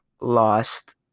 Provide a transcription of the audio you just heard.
lost